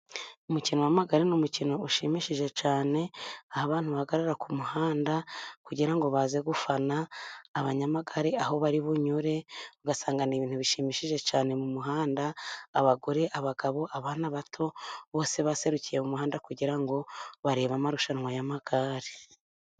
Umukino w'amagare ni umukino ushimishije cyane, abantu bahagarara ku muhanda kugira ngo baze gufana abanyamagare aho bari bunyure, ugasanga ni ibintu bishimishije cyane mu muhanda, abagore abagabo abana bato bose baserukiye mu muhanda kugira ngo barebe amarushanwa y'amagare.